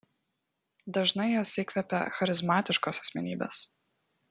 dažnai jas įkvepia charizmatiškos asmenybės